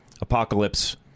apocalypse